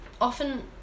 often